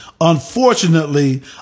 Unfortunately